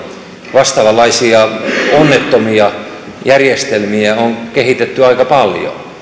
vastaavanlaisia onnettomia järjestelmiä on kehitetty aika paljon